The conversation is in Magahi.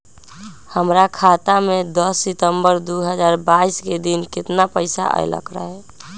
हमरा खाता में दस सितंबर दो हजार बाईस के दिन केतना पैसा अयलक रहे?